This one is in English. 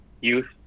youth